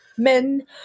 Men